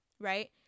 right